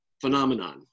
phenomenon